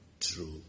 True